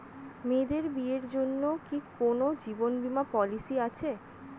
মেয়েদের বিয়ের জন্য কি কোন জীবন বিমা পলিছি আছে?